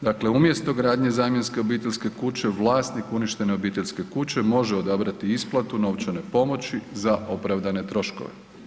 Dakle, umjesto izgradnje zamjenske obiteljske kuće, vlasnik uništene obiteljske kuće može odabrati isplatu novčane pomoći za opravdane troškove.